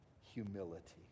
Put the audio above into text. humility